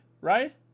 right